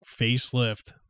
facelift